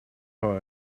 for